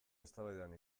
eztabaidan